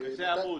אני באמצע הדיבור.